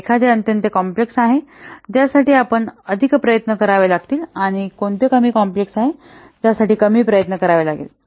तर एखादे अत्यंत कॉम्प्लेक्स आहे ज्यासाठी आपण अधिक प्रयत्न करावे लागतील आणि कोणते कमी कॉम्प्लेक्स आहे जे कमी प्रयत्न करावे लागेल